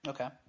Okay